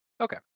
Okay